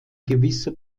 gewisse